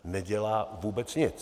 Nedělá vůbec nic.